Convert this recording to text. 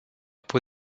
peau